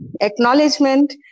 acknowledgement